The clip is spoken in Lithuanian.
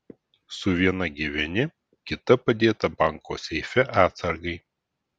su viena gyveni kita padėta banko seife atsargai